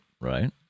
Right